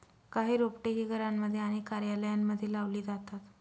काही रोपटे ही घरांमध्ये आणि कार्यालयांमध्ये लावली जातात